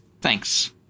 Thanks